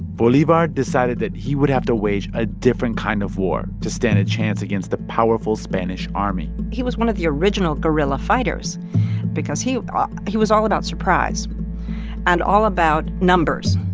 bolivar decided that he would have to wage a different kind of war to stand a chance against the powerful spanish army he was one of the original guerrilla fighters because he ah he was all about surprise and all about numbers.